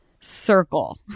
circle